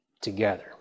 together